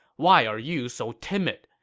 why are you so timid?